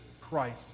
Christ